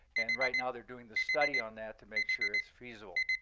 and right now, they're doing the study on that to make sure it's feasible.